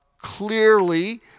clearly